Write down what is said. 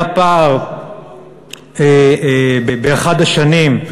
היה פער באחת השנים,